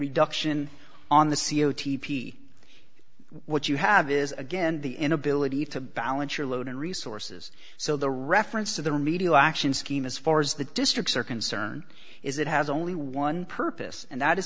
reduction on the c o t p what you have is again the inability to balance your load and resources so the reference to the remedial action scheme as far as the districts are concerned is it has only one purpose and that is